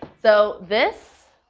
so this